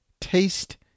taste